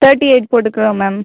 thirty eight போட்டுக்குறோம் ma'am